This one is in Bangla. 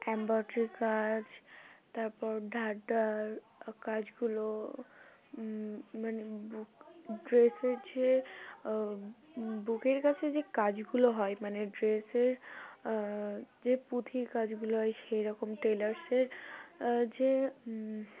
অ্যম্ব্রয়ডারি কাজ তারপর ঢাড্ডার কাজগুলো মানে বুক ড্রেসের যে বুকের কাছে যে কাজগুলো হয় মানে ড্রেসের যে পুঁথির কাজগুলো হয় সেই রকম টেলার্সের যে